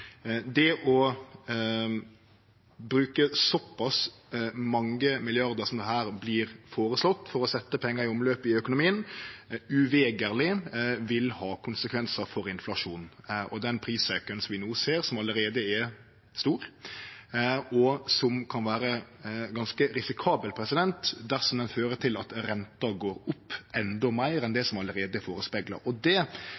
det å bruke såpass mange milliardar, som her vert føreslått, for å setje pengane i omløp i økonomien, definitivt vil ha konsekvensar for inflasjonen. Og den prisauken vi no ser, som allereie er stor, og som kan vere ganske risikabel dersom han fører til at renta går opp endå meir enn det som allereie er førespegla. Det